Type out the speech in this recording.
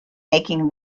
making